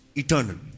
eternal